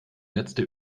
letzte